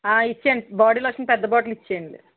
ఇచ్చేయండి body lotion పెద్ద bottle ఇచ్చేయండి